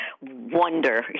wonder